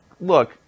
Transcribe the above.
look